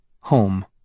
Home